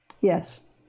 Yes